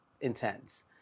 intense